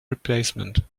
replacement